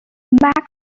mack